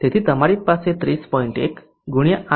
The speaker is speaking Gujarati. તેથી તમારી પાસે 30